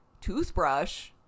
toothbrush